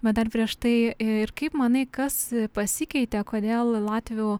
bet dar prieš tai ir kaip manai kas pasikeitė kodėl latvių